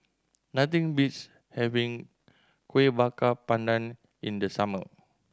nothing beats having Kueh Bakar Pandan in the summer